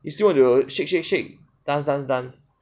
you still want to shake shake shake dance dance dance